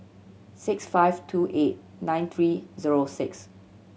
six five two eight nine three zero six